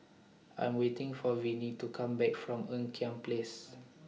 I Am waiting For Venie to Come Back from Ean Kiam Place